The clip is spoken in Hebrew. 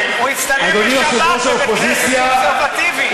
הוא הצטלם בשבת בבית-כנסת קונסרבטיבי.